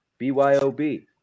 BYOB